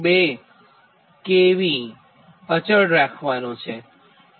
2 kV અચળ રાખવાનું છે